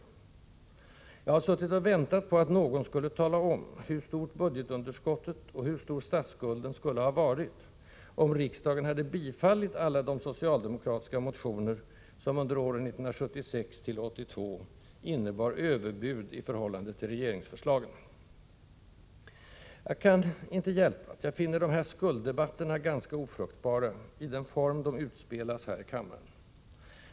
Jag har förgäves suttit och väntat på att någon skulle tala om hur stort budgetunderskottet och hur stor statsskulden skulle ha varit, om riksdagen hade bifallit alla de socialdemokratiska motioner som under åren 1976-1982 innebar överbud i förhållande till regeringsförslagen. Jag kan inte hjälpa att jag finner de här skulddebatterna ganska ofruktbara, i den form de utspelas här i kammaren.